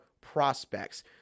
prospects